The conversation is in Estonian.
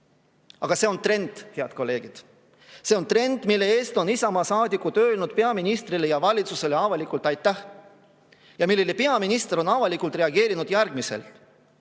see on trend, head kolleegid. See on trend, mille eest on Isamaa saadikud peaministrile ja valitsusele avalikult aitäh öelnud, ja millele peaminister on avalikult reageerinud järgmiselt: